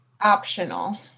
Optional